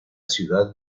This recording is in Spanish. ciudad